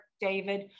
david